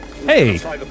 Hey